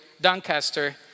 Doncaster